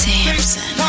Samson